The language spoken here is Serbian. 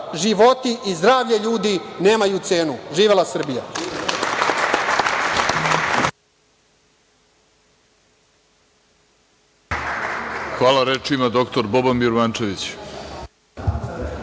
Životi i zdravlje ljudi nemaju cenu. Živela Srbija!